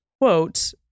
quote